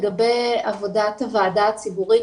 לגבי עבודת הוועדה הציבורית,